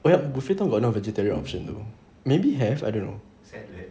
oh ya buffet town got not vegetarian option though maybe have I don't know